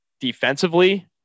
Defensively